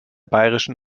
bayerischen